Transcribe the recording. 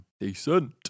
Decent